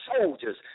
soldiers